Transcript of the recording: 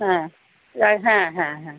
হ্যাঁ রায় হ্যাঁ হ্যাঁ হ্যাঁ